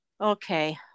Okay